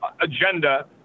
agenda